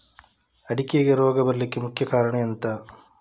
ಅಡಿಕೆಗೆ ರೋಗ ಬರ್ಲಿಕ್ಕೆ ಮುಖ್ಯ ಕಾರಣ ಎಂಥ?